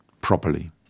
properly